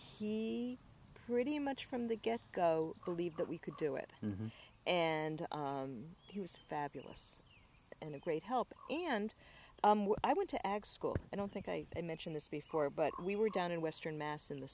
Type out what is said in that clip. he pretty much from the get go believe that we could do it and he was fabulous and a great help and i went to ag school i don't think i mentioned this before but we were down in western mass in the